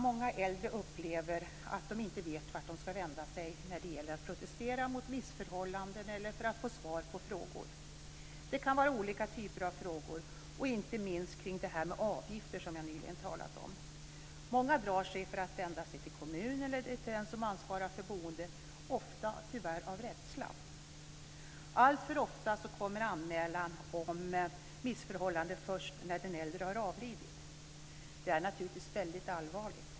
Många äldre upplever att de inte vet vart de ska vända sig när det gäller att protestera mot missförhållanden eller för att få svar på frågor. Det kan vara olika typer av frågor, inte minst kring det här med avgifter som jag nyligen har talat om. Många drar sig för att vända sig till kommunen eller till den som ansvarar för boendet, tyvärr ofta av rädsla. Alltför ofta kommer en anmälan om missförhållanden först när den äldre har avlidit. Det är naturligtvis väldigt allvarligt.